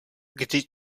kdy